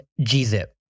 G-Zip